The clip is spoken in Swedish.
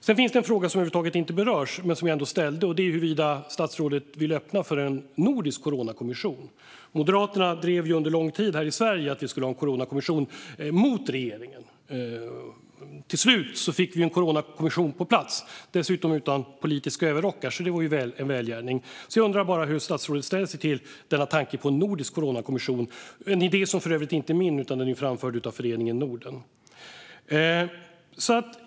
Det finns också en fråga som över huvud taget inte berörs men som jag ändå ställde. Den gäller huruvida statsrådet vill öppna för en nordisk coronakommission. Moderaterna drev under lång tid här i Sverige, mot regeringen, att vi skulle ha en coronakommission. Till slut fick vi en coronakommission på plats - dessutom utan politiska överrockar, vilket var en välgärning. Jag undrar hur statsrådet ställer sig till denna tanke på en nordisk coronakommission. Det är en idé som för övrigt inte är min utan som är framförd av Föreningen Norden.